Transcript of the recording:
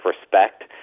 respect